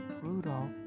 Rudolph